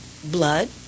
Blood